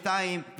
ושניים,